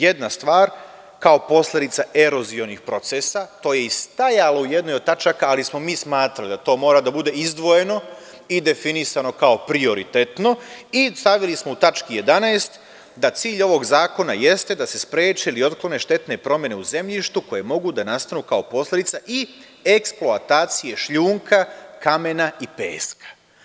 Jedna stvar, kao posledica erozionih procesa, to je i stajalo u jednoj od tačaka, ali smo mi smatrali da to mora da bude izdvojeno i definisano kao prioritetno i stavili smo u tački 11) da cilj ovog zakona jeste da se spreči ili otklone štetne promene u zemljištu, koje mogu da nastanu kao posledica i eksploatacije šljunka, kamena i peska.